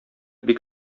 бик